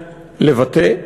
לבטא,